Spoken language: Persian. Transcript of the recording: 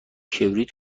کبریت